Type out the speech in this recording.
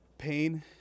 Pain